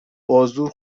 بازور